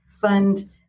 fund